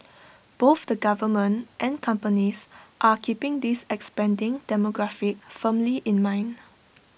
both the government and companies are keeping this expanding demographic firmly in mind